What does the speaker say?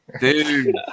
Dude